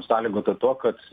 sąlygota to kad